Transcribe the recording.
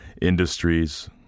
industries